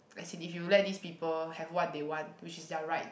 as in if you let these people have what they want which is their right